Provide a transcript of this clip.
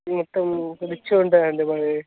మొత్తం ఒక రిచ్ ఉంటుంది అండి మాది